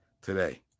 today